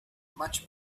much